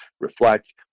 reflect